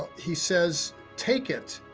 he says, take it,